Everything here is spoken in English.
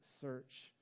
search